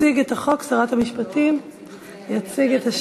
תציג את החוק שרת המשפטים, אני, אני אציג.